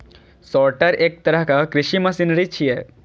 sorter एक तरहक कृषि मशीनरी छियै